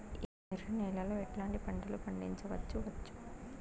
ఎర్ర నేలలో ఎట్లాంటి పంట లు పండించవచ్చు వచ్చు?